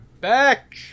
back